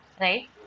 right